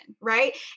right